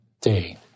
day